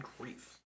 grief